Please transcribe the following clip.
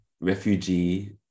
refugee